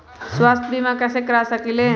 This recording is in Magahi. स्वाथ्य बीमा कैसे करा सकीले है?